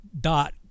dot